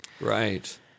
Right